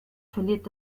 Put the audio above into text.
verliert